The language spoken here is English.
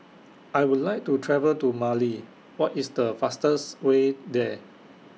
I Would like to travel to Mali What IS The fastest Way There